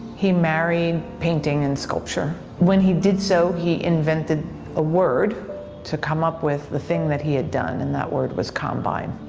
he married painting and sculpture. when he did so, he invented a word to come up with the thing that he had done and that word was combine.